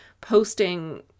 posting